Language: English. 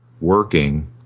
working